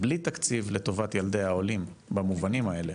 בלי תקציב לטובת ילדי העולים במובנים האלה.